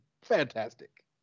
Fantastic